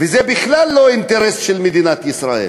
וזה בכלל לא אינטרס של מדינת ישראל